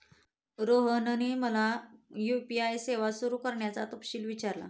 रोहनने मला यू.पी.आय सेवा सुरू करण्याचा तपशील विचारला